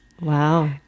Wow